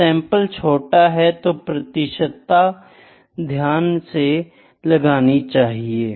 जब सैंपल छोटा है तो प्रतिशतता ध्यान से लगनी चाहिए